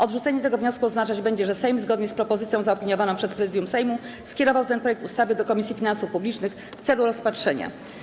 Odrzucenie tego wniosku oznaczać będzie, że Sejm, zgodnie z propozycją zaopiniowaną przez Prezydium Sejmu, skierował ten projekt ustawy do Komisji Finansów Publicznych w celu rozpatrzenia.